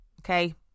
Okay